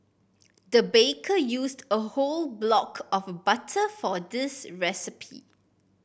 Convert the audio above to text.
the baker used a whole block of butter for this recipe